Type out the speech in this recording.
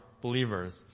believers